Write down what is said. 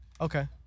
Okay